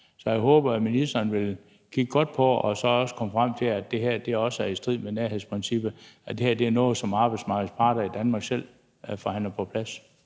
Så jeg håber, at ministeren vil kigge godt på det og også komme frem til, at det her også er i strid med nærhedsprincippet, og at det her er noget, som arbejdsmarkedets parter i Danmark selv forhandler på plads.